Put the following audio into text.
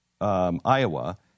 Iowa